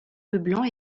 leblanc